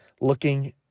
looking